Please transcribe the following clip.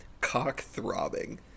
cock-throbbing